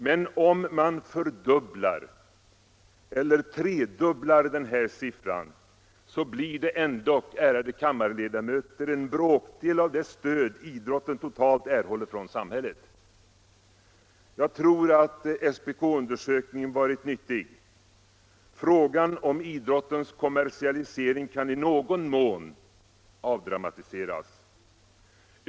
Men om man fördubblar eller tredubblar den här siffran blir det ändå, ärade kammarledamöter, en bråkdel av det stöd idrotten totalt erhåller från samhället. Jag tror att SPK-undersökningen varit nyttig. Frågan om idrottens kommersialisering kan i någon mån avdramatiseras.